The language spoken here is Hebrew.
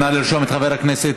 נא לרשום את חבר הכנסת